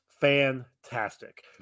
fantastic